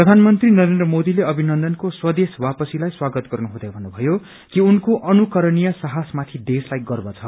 प्रधानमन्त्री नरेन्द्र मोदीले अभिनन्दनको स्वदेश वापसीलाई स्वागत गर्नु हुँदै भन्नुभयो कि उनको अनुकरणीय साहसमाथि देशलाई गर्व छ